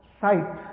sight